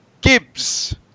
Gibbs